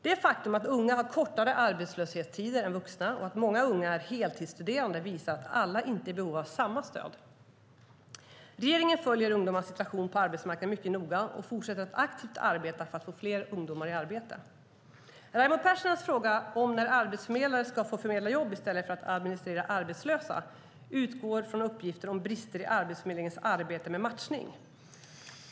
Det faktum att unga har kortare arbetslöshetstider än vuxna och att många unga är heltidsstuderande visar att alla inte är i behov av samma stöd. Regeringen följer ungdomars situation på arbetsmarknaden mycket noga och fortsätter att aktivt arbeta för att få fler ungdomar i arbete. Raimo Pärssinens fråga om när arbetsförmedlarna ska få förmedla jobb i stället för att administrera arbetslösa utgår från uppgifter om brister i Arbetsförmedlingens arbete med matchning.